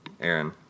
Aaron